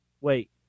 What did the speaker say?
Wait